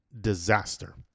disaster